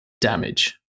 damage